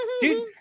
Dude